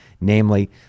namely